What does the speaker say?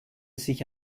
sich